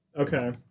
Okay